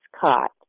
caught